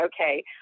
okay